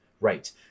right